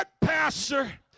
pastor